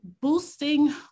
boosting